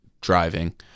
driving